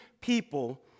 people